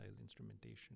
instrumentation